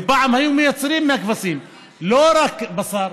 ופעם היו מייצרים מהכבשים לא רק בשר,